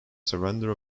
surrender